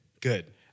Good